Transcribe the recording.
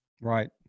Right